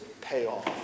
payoff